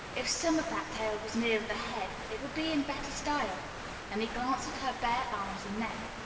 if some of that tail was nearer the head, it would be in better style and he glanced at her bare arms and neck.